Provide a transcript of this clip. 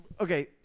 Okay